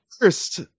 first